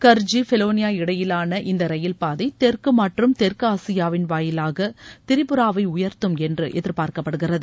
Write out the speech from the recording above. கர்ஜி பெலோளியா இடையிலான இந்த ரயில் பாதை தெற்கு மற்றும் தெற்கு ஆசியாவின் வாயிலாக திரிபுராவை உயர்த்தும் என்று எதிர்பார்க்கப்படுகிறது